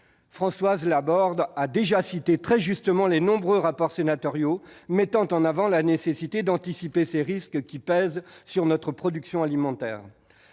Françoise Laborde a déjà cité, très justement, les nombreux rapports sénatoriaux mettant en avant la nécessité d'anticiper les risques qui pèsent sur notre production alimentaire.